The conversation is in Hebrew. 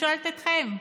עכשיו אני שואלת אתכם: